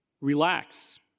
Relax